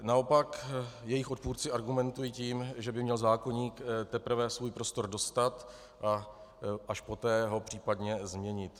Naopak jejich odpůrci argumentují tím, že by měl zákoník teprve svůj prostor dostat a až poté ho případně změnit.